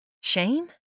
Shame